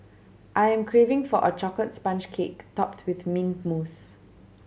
I am craving for a chocolate sponge cake topped with mint mousse